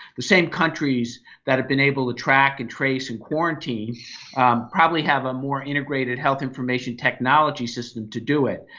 the same countries that have been able to track and trace and quarantine probably have a more integrated health information technology system to do it.